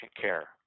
care